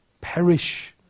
perish